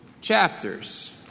chapters